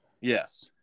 Yes